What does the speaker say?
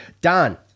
Don